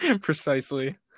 precisely